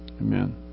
amen